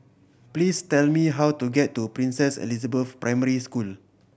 please tell me how to get to Princess Elizabeth Primary School